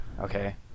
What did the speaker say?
Okay